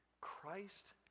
Christ